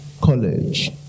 College